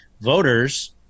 voters